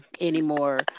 anymore